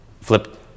flip